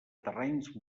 terrenys